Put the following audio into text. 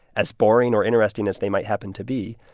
as boring or interesting as they might happen to be,